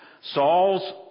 Saul's